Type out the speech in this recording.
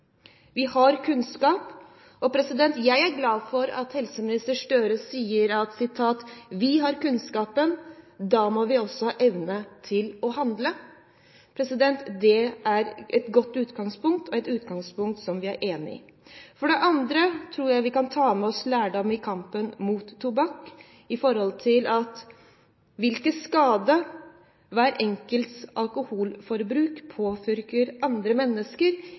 Vi har kunnskap. Jeg er glad for at helseminister Gahr Støre sier at vi har kunnskapen. Da må vi også ha evnen til å handle. Det er et godt utgangspunkt – et utgangspunkt vi er enig i. For det andre tror jeg vi kan ta med oss lærdom fra kampen mot tobakk når det gjelder hvilken skade hver enkelts alkoholforbruk påfører andre mennesker.